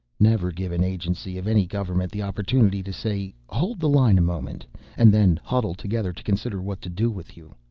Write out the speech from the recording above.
never give an agency of any government the opportunity to say hold the line a moment and then huddle together to consider what to do with you.